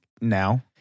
now